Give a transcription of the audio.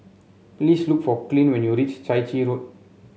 please look for Clint when you reach Chai Chee Road